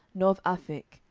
nor of aphik,